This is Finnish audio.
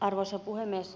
arvoisa puhemies